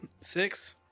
Six